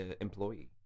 employee